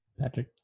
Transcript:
Patrick